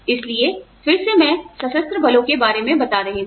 इसलिए फिर से मैं सशस्त्र बलों के बारे में बात कर रही हूँ